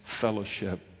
fellowship